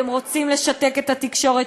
אתם רוצים לשתק את התקשורת,